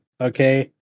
okay